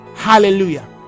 Hallelujah